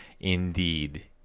Indeed